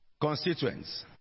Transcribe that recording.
constituents